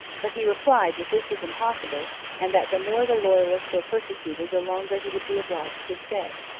but he replied that this was impossible and that the more the loyalists were persecuted the longer he would be obliged to stay.